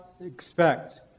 expect